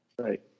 Right